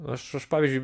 aš aš pavyzdžiui